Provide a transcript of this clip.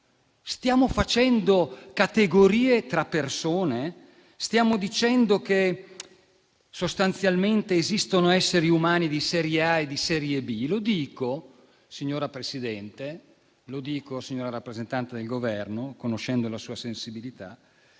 Stiamo facendo categorie tra persone? Stiamo dicendo che, sostanzialmente, esistono esseri umani di serie A e di serie B? Mi chiedo, signora rappresentante del Governo, conoscendo la sua sensibilità,